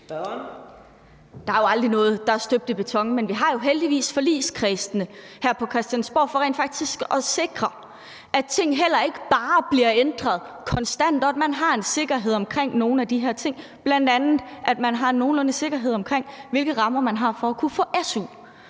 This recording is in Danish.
Der er jo aldrig noget i politik, der er støbt i beton. Men vi har jo heldigvis forligskredsene her på Christiansborg for rent faktisk at sikre, at ting heller ikke bare bliver ændret konstant, og at man har en sikkerhed omkring nogle af de her ting, bl.a. at man har en nogenlunde sikkerhed omkring, hvilke rammer man har for at kunne få su.